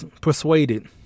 persuaded